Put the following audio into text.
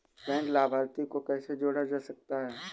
Bank लाभार्थी को कैसे जोड़ा जा सकता है?